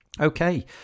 Okay